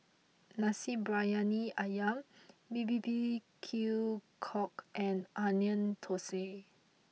Nasi Briyani Ayam B B Q Cockle and Onion Thosai